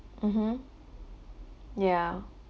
mmhmm yeah